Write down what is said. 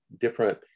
different